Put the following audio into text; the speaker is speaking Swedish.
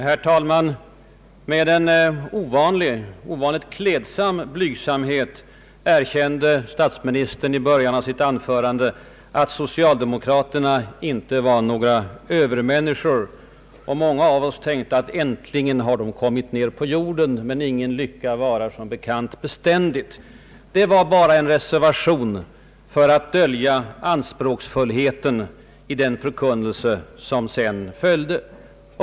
Herr talman! Med en ovanligt klädsam blygsamhet erkände statsministern i början av sitt anförande att socialdemokraterna inte var några övermänniskor, och många av oss tänkte: Äntligen har de kommit ner på jorden! Men ingen lycka varar som bekant beständigt: Erkännandet var bara en reservation för att dölja anspråksfullheten i den förkunnelse som sedan följde.